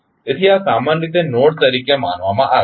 તેથી આ સામાન્ય રીતે નોડ તરીકે માનવામાં આવે છે